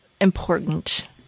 important